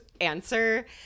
answer